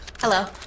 Hello